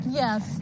yes